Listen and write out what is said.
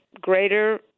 greater